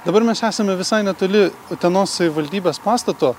dabar mes esame visai netoli utenos savivaldybės pastato